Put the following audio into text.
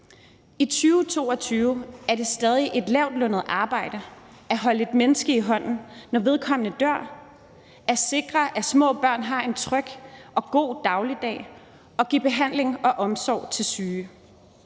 I 2022 er det stadig et lavtlønnet arbejde at holde et menneske i hånden, når vedkommende dør; at sikre, at små børn har en tryg og god dagligdag; og at give behandling og omsorg til syge.